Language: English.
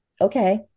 okay